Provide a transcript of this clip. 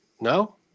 no